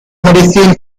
medicine